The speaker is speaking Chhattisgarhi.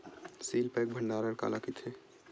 सील पैक भंडारण काला कइथे?